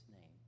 name